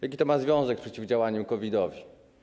Jaki to ma związek z przeciwdziałaniem COVID-owi?